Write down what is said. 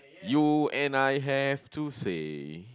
you and I have to say